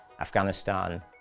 Afghanistan